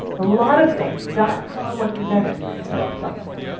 a lot of things dot com was invented to sell something.